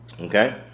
Okay